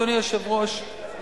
אדוני היושב-ראש,